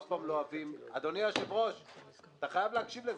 אדוני היושב-ראש, אתה חייב להקשיב.